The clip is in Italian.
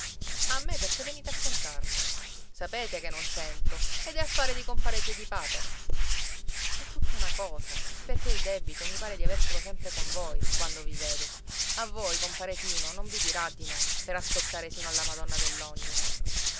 a me perché venite a contarmela sapete che non c'entro ed è affare di compare piedipapera è tutta una cosa perché il debito mi pare di avercelo sempre con voi quando vi vedo a voi compare tino non vi dirà di no per aspettare sino alla madonna